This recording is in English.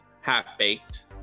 Half-Baked